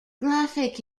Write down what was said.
graphic